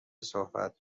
صحبت